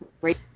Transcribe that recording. great